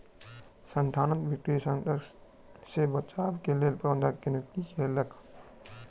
संसथान वित्तीय संकट से बचाव के लेल प्रबंधक के नियुक्ति केलक